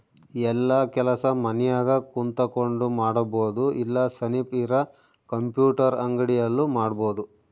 ಯೆಲ್ಲ ಕೆಲಸ ಮನ್ಯಾಗ ಕುಂತಕೊಂಡ್ ಮಾಡಬೊದು ಇಲ್ಲ ಸನಿಪ್ ಇರ ಕಂಪ್ಯೂಟರ್ ಅಂಗಡಿ ಅಲ್ಲು ಮಾಡ್ಬೋದು